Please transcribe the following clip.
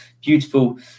beautiful